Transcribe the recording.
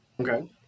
Okay